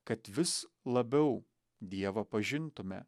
kad vis labiau dievą pažintume